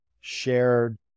shared